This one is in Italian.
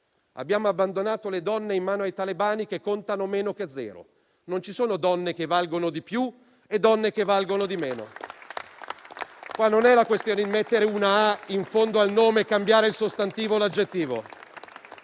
abbiamo abbandonato le donne in mano ai talebani che contano meno di zero, ma non ci sono donne che valgono di più e donne che valgono di meno. Non è questione di mettere una A in fondo al nome e cambiare il sostantivo o l'aggettivo;